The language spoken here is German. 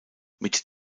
mit